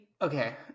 okay